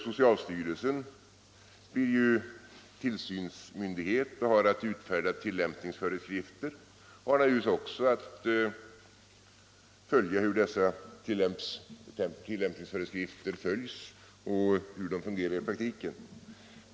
Socialstyrelsen blir ju tillsynsmyndighet och skall utfärda tillämpningsföreskrifter. Den har naturligtvis också till uppgift att följa hur dessa tillämpningsföreskrifter efterlevs och hur de fungerar i praktiken.